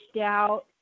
out